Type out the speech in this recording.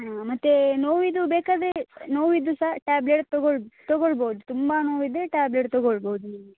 ಹಾಂ ಮತ್ತೆ ನೋವಿಂದು ಬೇಕಾದರೆ ನೋವಿಂದು ಸಹ ಟ್ಯಾಬ್ಲೆಟ್ ತಗೊಳ್ಳಿ ತಗೋಳ್ಬೋದು ತುಂಬ ನೋವು ಇದ್ದರೆ ಟ್ಯಾಬ್ಲೆಟ್ ತಗೋಳ್ಬೋದು ನಿಮಗೆ